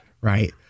right